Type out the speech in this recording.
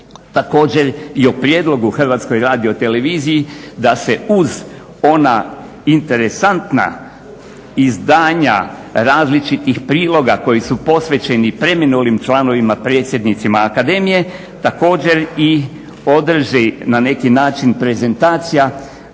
Također i o prijedlogu Hrvatskoj radioteleviziji da se uz ona interesantna izdanja različitih priloga koji su posvećeni preminulim članovima, predsjednicima Akademije, također i održi na neki način prezentacija